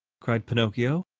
cried pinocchio,